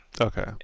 Okay